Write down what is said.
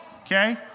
okay